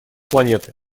планеты